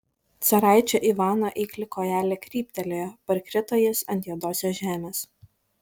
caraičio ivano eikli kojelė kryptelėjo parkrito jis ant juodosios žemės